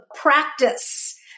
practice